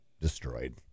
destroyed